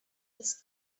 this